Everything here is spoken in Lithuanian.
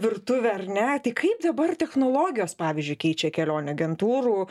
virtuvę ar ne tai kaip dabar technologijos pavyzdžiui keičia kelionių agentūrų